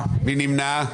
מי נמנע?